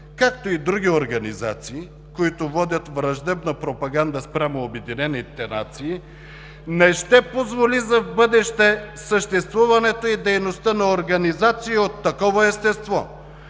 както и други организации, които водят враждебна пропаганда спрямо Обединените нации, не ще позволи за в бъдеще съществуването и дейността на организации от такова естество,